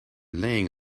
laying